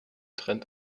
trennt